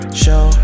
show